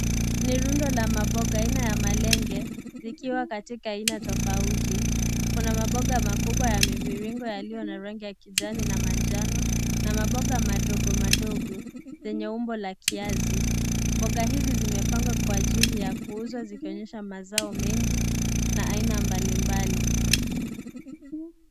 Ni rundo la maboga aina ya malenge vikiwa katika aina tofauti. Kuna maboga makubwa ya miviringo yaliyo na rangi ya kijani na manjano na maboga madogo madogo yenye umbo la kiazi. Mboga hizi zimepangwa kwa ajili ya kuuzwa zikionyesha mazao mengi na aina mbalimbali.